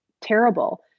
terrible